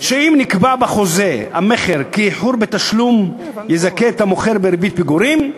שאם נקבע בחוזה המכר כי איחור בתשלום יזכה את המוכר בריבית פיגורים,